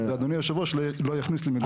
ואדוני היושב ראש לא יכניס לי מילים לפה.